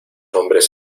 hombres